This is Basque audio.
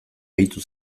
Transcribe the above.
gehitu